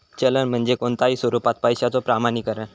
चलन म्हणजे कोणताही स्वरूपात पैशाचो प्रमाणीकरण